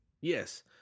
Yes